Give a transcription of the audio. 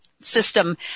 System